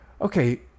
Okay